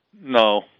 No